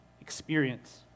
experience